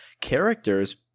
characters